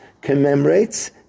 commemorates